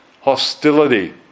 Hostility